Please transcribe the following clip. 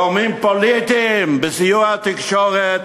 גורמים פוליטיים, בסיוע התקשורת,